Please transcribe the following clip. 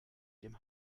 dem